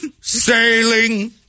Sailing